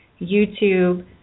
YouTube